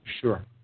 Sure